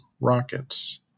rockets